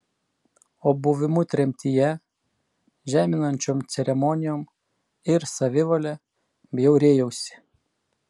o buvimu tremtyje žeminančiom ceremonijom ir savivale bjaurėjausi